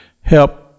help